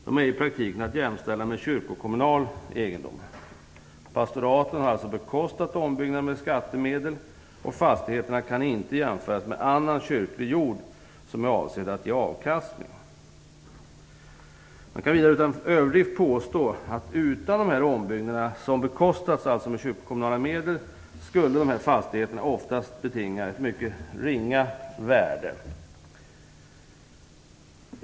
De är i praktiken att jämställa med kyrkokommunal egendom. Pastoraten har alltså bekostat ombyggnaderna med skattemedel, och fastigheterna kan inte jämföras med annan kyrklig jord som är avsedd att ge avkastning. Jag kan utan överdrift påstå att utan dessa ombyggnader, som alltså bekostats med kyrkokommunala medel, skulle de flesta fastigheterna betinga ett mycket ringa värde.